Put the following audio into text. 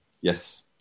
Yes